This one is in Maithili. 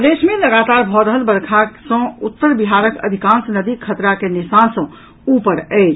प्रदेश मे लगातार भऽ रहल वर्षा सॅ उत्तर बिहारक अधिकांश नदी खतरा के निशान सॅ ऊपर अछि